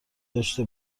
داشته